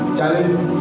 Charlie